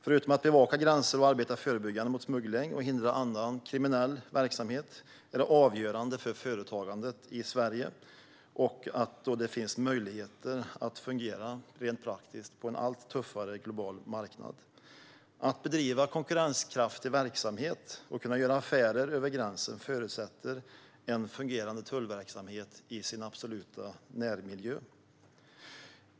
Förutom att bevaka gränser och arbeta förebyggande mot smuggling och hindra annan kriminell verksamhet är tullverksamheten avgörande för företagandet i Sverige och gör att det finns möjlighet att fungera rent praktiskt på en allt tuffare global marknad. Att bedriva konkurrenskraftig verksamhet och kunna göra affärer över gränsen förutsätter en fungerande tullverksamhet i den absoluta närmiljön.